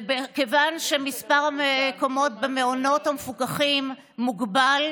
מכיוון שמספר המקומות במעונות המפוקחים מוגבל,